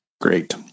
Great